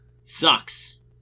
Sucks